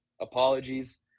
apologies